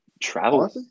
travel